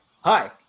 Hi